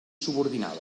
subordinada